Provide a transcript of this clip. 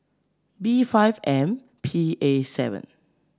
B five M P A seven